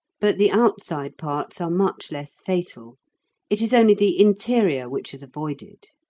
but the outside parts are much less fatal it is only the interior which is avoided.